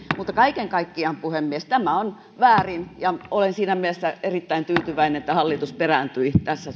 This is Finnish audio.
kaiken kaikkiaan puhemies tämä on väärin ja olen siinä mielessä erittäin tyytyväinen että hallitus perääntyi tässä